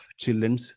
children